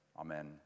amen